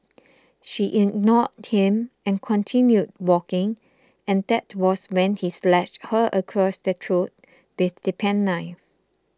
she ignored him and continued walking and that was when he slashed her across the throat with the penknife